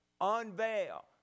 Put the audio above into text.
unveil